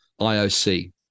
IOC